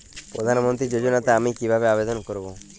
প্রধান মন্ত্রী যোজনাতে আমি কিভাবে আবেদন করবো?